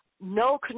no